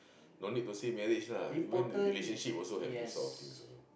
no need to say marriage lah even relationship also have this type of things one